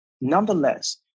Nonetheless